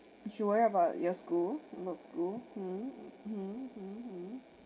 you worry about your school about school